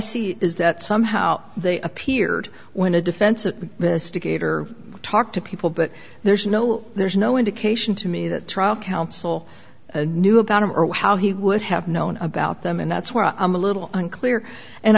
see is that somehow they appeared when a defense of mr gator talked to people but there's no there's no indication to me that trial counsel a knew about him or how he would have known about them and that's where i'm a little unclear and